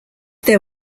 there